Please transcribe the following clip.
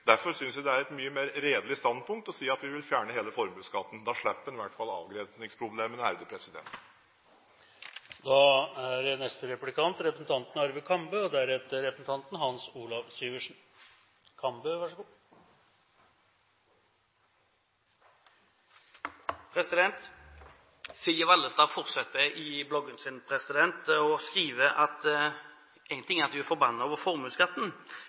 Derfor synes jeg det er et mye mer redelig standpunkt å si at man vil fjerne hele formuesskatten. Da slipper man i hvert fall avgrensningsproblemene. Silje Vallestad fortsetter i bloggen sin: «Jeg blir forbannet over formuesskatten.